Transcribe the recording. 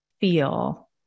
feel